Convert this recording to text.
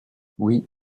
oui